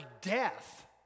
death